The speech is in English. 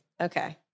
Okay